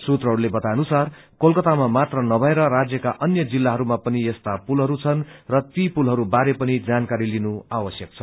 सूत्रहरूले बताएअनुसार कोलकातामा मात्र नभएर राज्यको अन्य जिल्लाहरूमा पनि यस्ता पुलहरू छन् र ती पुलहरू बारे पनि जानकारी लिनु आवश्यक छ